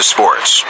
Sports